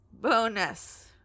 Bonus